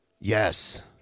Yes